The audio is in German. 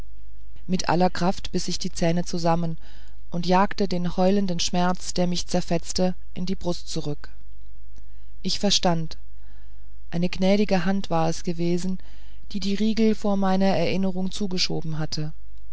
mit aller kraft biß ich die zähne zusammen und jagte den heulenden schmerz der mich zerfetzte in die brust zurück ich verstand eine gnädige hand war es gewesen die die riegel vor meiner erinnerung zugeschoben hatte